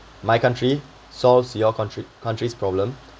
my country solves your coun~ country's problem